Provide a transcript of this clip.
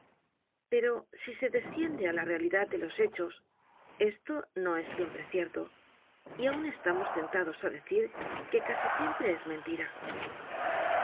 pero si se desciende á la realidad de los hechos esto no es siempre cierto y aun estamos tentados á decir que casi simpre es mentira las